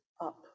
up